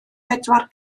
bedwar